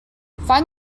find